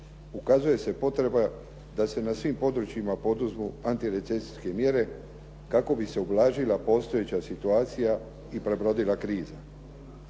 ukazuje se potreba da se na svim područjima poduzmu antirecesijske mjere kako bi se ublažila postojeća situacija i prebrodila kriza.